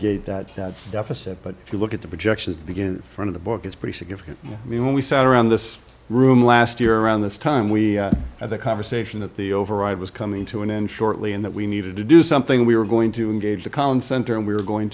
get that deficit but if you look at the projections begin for the book it's pretty significant i mean when we sat around this room last year around this time we had a conversation that the override was coming to an end shortly and that we needed to do something we were going to engage the concent and we were going